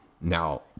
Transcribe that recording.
now